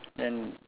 then